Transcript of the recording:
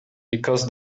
because